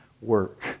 work